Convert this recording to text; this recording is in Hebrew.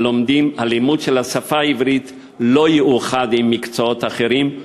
לימוד השפה העברית לא יאוחד עם לימוד מקצועות אחרים,